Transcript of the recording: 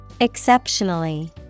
Exceptionally